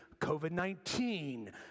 COVID-19